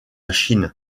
chine